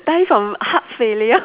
die from heart failure